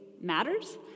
Matters